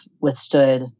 withstood